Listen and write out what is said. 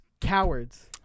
cowards